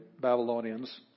Babylonians